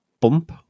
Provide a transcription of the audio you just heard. bump